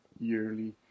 yearly